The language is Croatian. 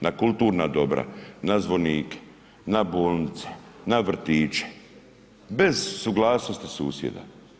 Na kulturna dobra, na zvonike, na bolnice, na vrtiće, bez suglasnosti susjeda.